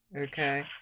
Okay